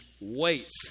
waits